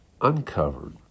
uncovered